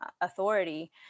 authority